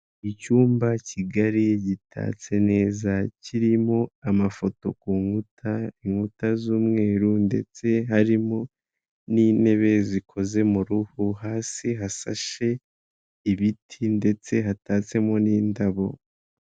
Icyumba kigari gitatse neza kirimo amafoto ku nkuta inkuta z'umweru ndetse harimo n'intebe zikoze mu ruhu hasi hasashe ibiti ndetse hatatsemo n'indabo.